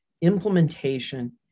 implementation